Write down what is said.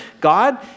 God